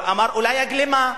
אמר: אולי הגלימה.